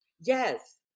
Yes